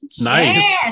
Nice